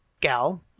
gal